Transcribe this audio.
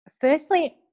Firstly